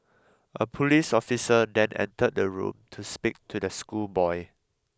a police officer then entered the room to speak to the schoolboy